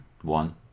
One